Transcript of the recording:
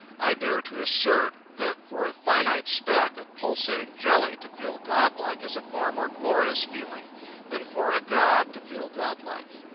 i dare to assert that for a finite speck of pulsating jelly to feel godlike is a far more glorious feeling than for a god to feel godlike.